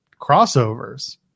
crossovers